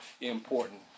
important